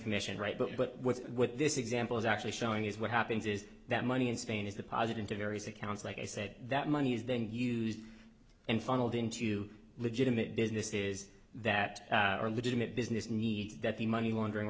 commission right but but with what this example is actually showing is what happens is that money in spain is the posit into various accounts like i said that money is then used and funneled into legitimate business is that our legitimate business needs that the money laundering